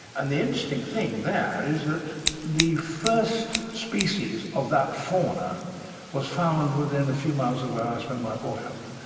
and the interesting thing there is that the first species of that fauna was found within a few miles of where i spent my boyhood,